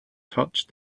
touched